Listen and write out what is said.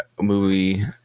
movie